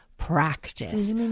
practice